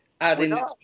adding